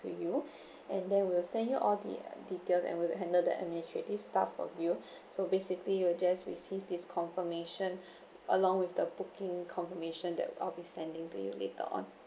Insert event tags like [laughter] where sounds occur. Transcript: for you [breath] and then we'll send you all the details and we'll handle that administrative stuff of you [breath] so basically you will just receive this confirmation [breath] along with the booking confirmation that I'll be sending to you later on